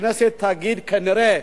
הכנסת תגיד כנראה,